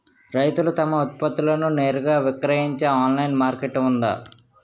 రైతులు తమ ఉత్పత్తులను నేరుగా విక్రయించే ఆన్లైన్ మార్కెట్ ఉందా?